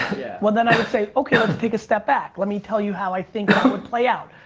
yeah. well, then i would say okay let's take a step back. let me tell you how i think that would play out.